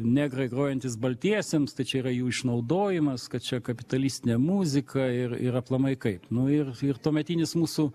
negrai grojantys baltiesiems tai čia yra jų išnaudojimas kad čia kapitalistinė muzika ir ir aplamai kaip nu ir ir tuometinis mūsų